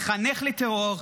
לחנך לטרור,